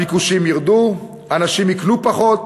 הביקושים ירדו, אנשים יקנו פחות,